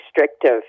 restrictive